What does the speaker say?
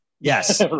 Yes